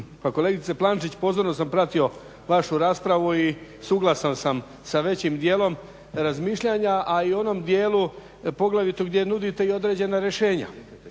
kolegice Plančić pozorno sam pratio vašu raspravu i suglasan sam sa većim djelom razmišljanja a i onom djelu poglavito gdje nudite i određena rješenja